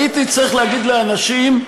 הייתי צריך להגיד לאנשים: